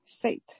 faith